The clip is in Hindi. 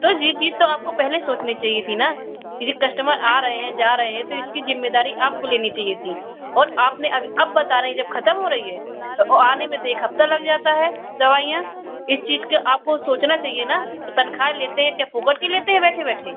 तो यह चीज़ तो आपको पहले सोचनी चाहिए थी ना कि जो कस्टमर आ रहे हैं जा रहे हैं तो इसकी ज़िम्मेदारी आपको लेनी चाहिए थी और आपने आगे अब बता रहे हैं जब खत्म हो रही है और आने में तो एक हफ़्ता लग जाता है दवाइयाँ इस चीज़ को आपको सोचना चाहिए ना तो तनख़्वाह लेते हैं क्या फ़ोकट की लेते हैं बैठे बैठे